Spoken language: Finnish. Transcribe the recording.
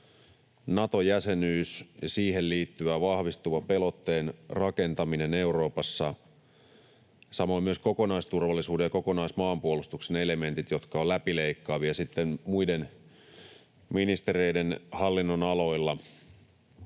Nato-jäsenyys ja siihen liittyvä vahvistuvan pelotteen rakentaminen Euroopassa, samoin myös kokonaisturvallisuuden ja kokonaismaanpuolustuksen elementit, jotka ovat läpileikkaavia sitten muiden ministereiden hallinnonaloilla.